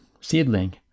seedling